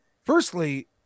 firstly